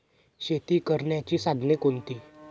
शेती करण्याची साधने कोणती?